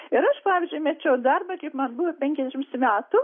ir aš pavyzdžiui mečiau darbą kiek man buvo penkiasdešimt metų